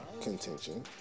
contention